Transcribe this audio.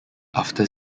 after